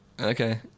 Okay